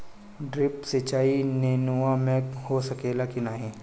Drip सिंचाई नेनुआ में हो सकेला की नाही?